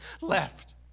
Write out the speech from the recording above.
left